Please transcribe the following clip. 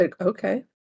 Okay